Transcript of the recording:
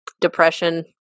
depression